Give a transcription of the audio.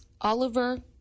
Oliver